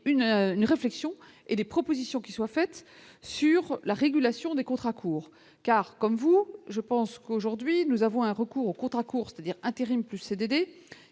une réflexion et des propositions qui soient faites sur la régulation des contrats courts car, comme vous, je pense qu'aujourd'hui nous avons un recours aux contrats courts, c'est-à-dire intérim plus CDD